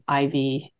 IV